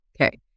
Okay